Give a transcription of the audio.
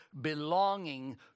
belonging